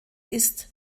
ist